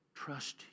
Trust